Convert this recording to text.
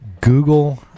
Google